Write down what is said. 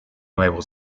nuevo